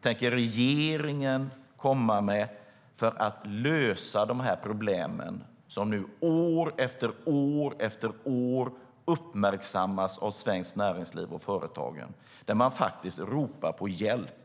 tänker regeringen komma med för att lösa de problem som år efter år uppmärksammas av Svenskt Näringsliv och företagen? Man ropar faktiskt på hjälp.